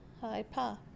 Hi-pa